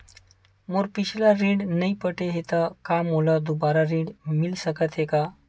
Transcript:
मोर पिछला ऋण नइ पटे हे त का मोला दुबारा ऋण मिल सकथे का?